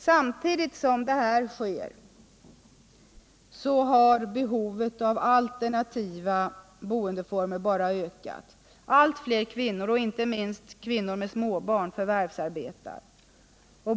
Samtidigt som detta sker har behovet av alternativa boendeformer bara ökat. Allt fler kvinnor, inte minst kvinnor med småbarn, förvärvsarbetar.